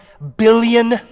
billion